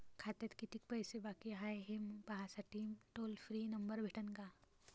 खात्यात कितीकं पैसे बाकी हाय, हे पाहासाठी टोल फ्री नंबर भेटन का?